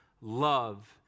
love